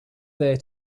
there